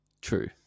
True